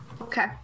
okay